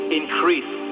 increase